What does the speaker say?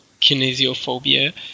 kinesiophobia